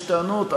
יש טענות,